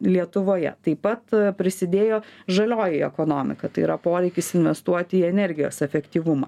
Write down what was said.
lietuvoje taip pat prisidėjo žalioji ekonomika tai yra poreikis investuoti į energijos efektyvumą